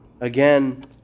Again